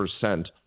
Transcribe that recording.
percent